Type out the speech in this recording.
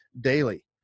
daily